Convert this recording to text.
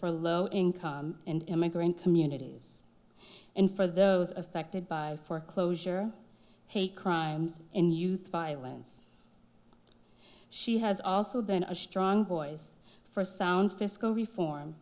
for low income and immigrant communities and for those affected by foreclosure hate crimes in youth violence she has also been a strong voice for sound fiscal reform